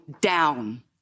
down